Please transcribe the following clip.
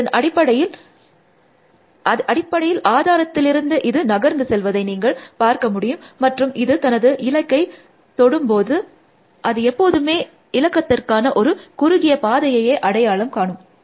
இதன் அடிப்படையில் ஆதாரத்திலிருந்து இது நகர்ந்து செல்வதை நீங்கள் பார்க்க முடியும் மற்றும் இது தனது இலக்கை தொடும்போது அது எப்போதுமே இலக்கத்திற்கான ஒரு குறுகிய பாதையையே அடையாளம் காணும்